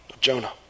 Jonah